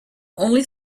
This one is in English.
only